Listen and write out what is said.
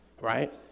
right